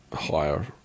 higher